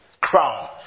crown